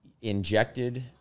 Injected